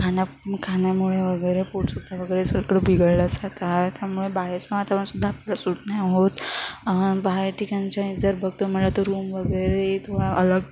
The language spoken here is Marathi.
खाण्या खाण्यामुळे वगैरे पोट सुद्धा वगैरे सगळं बिघडलं जातं त्यामुळे बाहेरचं वातावरण सुद्धा आपल्या सूट नाही होत बाहेर ठिकाणच्या जर बघतो म्हटलं तर रूम वगैरे थोडा अलग